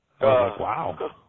wow